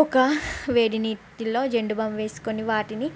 ఒక వేడి నీటిలో జండూ బామ్ వేసుకొని వాటిని